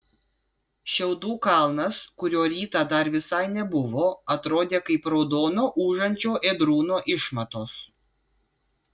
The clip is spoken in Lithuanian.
šiaudų kalnas kurio rytą dar visai nebuvo atrodė kaip raudono ūžiančio ėdrūno išmatos